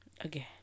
Again